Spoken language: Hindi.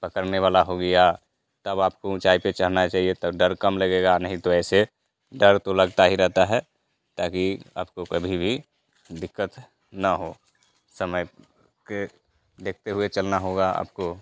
पकड़ने वाला हो गया तब आपको ऊँचाई पर चढ़ना चहिए तो डर कम लगेगा नहीं तो ऐसे डर तो लगता ही रहता है ताकि आपको कभी भी दिक्कत न हो समय के देखते हुए चलना होगा आपको